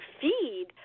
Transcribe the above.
feed